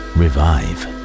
revive